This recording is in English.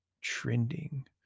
Trending